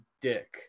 dick